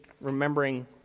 remembering